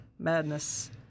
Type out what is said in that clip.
madness